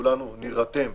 כולנו נירתם,